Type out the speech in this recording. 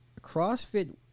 CrossFit